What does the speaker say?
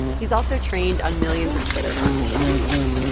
he's also trained on millions of twitter conversations.